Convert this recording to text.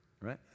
right